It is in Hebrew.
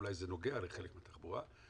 אולי זה נוגע לחלק מתחבורה,